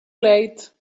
late